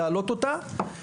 להעלות אותה,